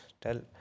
tell